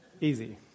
Easy